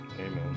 Amen